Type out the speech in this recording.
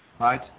Right